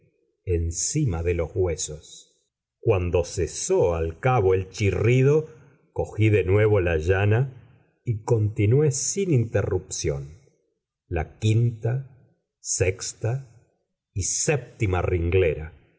encima de los huesos cuando cesó al cabo el chirrido cogí de nuevo la llana y continué sin interrupción la quinta sexta y séptima